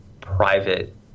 private